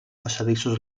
passadissos